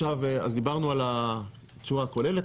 אז דיברנו על התשואה הכוללת,